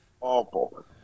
Awful